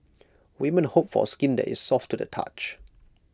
women hope for skin that is soft to the touch